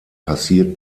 passiert